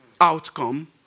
outcome